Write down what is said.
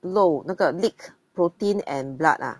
漏那个 leak protein and blood ah